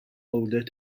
older